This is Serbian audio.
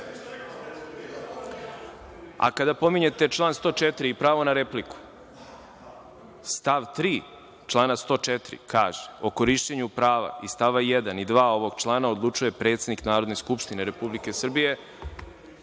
pominjete član 104. i pravo na repliku, stav 3. člana 104. kaže – o korišćenju prava iz stava 1. i 2. ovog člana odlučuje predsednik Narodne skupštine Republike Srbije